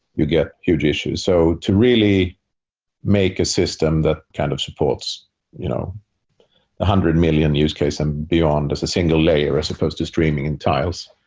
you'll get huge issues so to really make a system that kind of supports you know a one hundred million use case and beyond as a single layer as opposed to streaming in tiles,